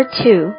two